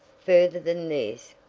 further than this,